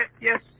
Yes